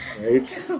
right